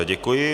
Děkuji.